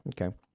Okay